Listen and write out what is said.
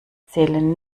zählen